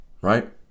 right